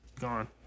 gone